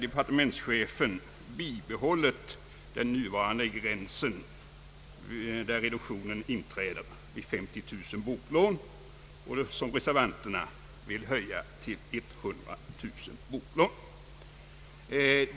Departementschefen har bibehållit den nuvarande gränsen där reduktionen inträder vid 50 000 boklån, medan reservanterna vill höja till 100 000 boklån.